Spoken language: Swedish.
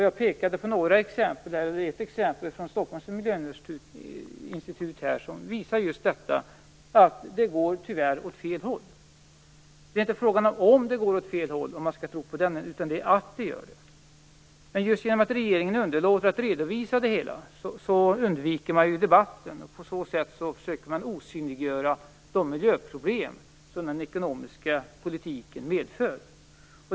Jag pekade på några exempel, bl.a. ett exempel från Stockholms miljöinstitut som visar just att det tyvärr går åt fel håll. Det är inte fråga om om det går åt fel håll, om man skall tro den utvärderingen, utan att det går åt fel håll. Men just genom att regeringen underlåter att redovisa det hela undviker den debatten. På det sättet försöker regeringen osynliggöra de miljöproblem som den ekonomiska politiken medför.